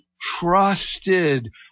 trusted